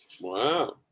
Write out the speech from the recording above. wow